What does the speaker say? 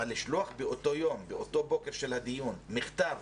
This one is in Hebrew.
אבל לשלוח באותו יום, באותו בוקר של הדיון, מכתב